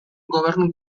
gobernu